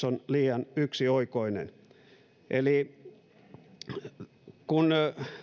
on liian yksioikoinen kun